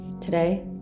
Today